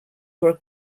were